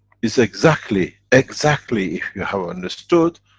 it's exactly, exactly, if you have understood,